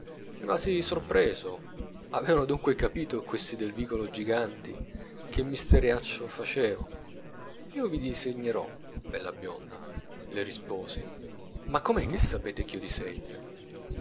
disegnarla rimasi sorpreso avevano dunque capito questi del vicolo giganti che mestieraccio facevo io vi disegnerò bella bionda le risposi ma com'è che sapete ch'io disegno